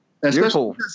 Beautiful